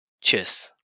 Cheers